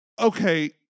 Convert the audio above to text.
okay